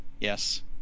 Yes